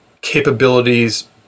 capabilities